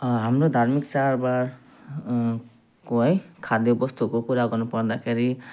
हाम्रो धार्मिक चाडबाड को है खाद्यवस्तुको कुरा गर्नुपर्दाखेरि